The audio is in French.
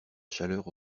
chaleur